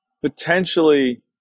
potentially